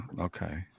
Okay